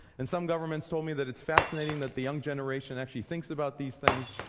and some governments told me that it's fascinating that the younger generation actually thinks about these things.